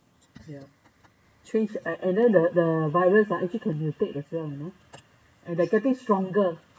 ya trace and and then the the virus ah actually can mutate as well you know and they are getting stronger